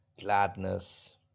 gladness